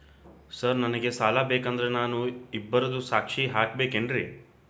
Sir ನನಗೆ ಸಾಲ ಬೇಕಂದ್ರೆ ನಾನು ಇಬ್ಬರದು ಸಾಕ್ಷಿ ಹಾಕಸಬೇಕೇನ್ರಿ?